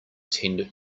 tend